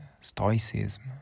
stoicism